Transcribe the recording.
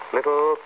Little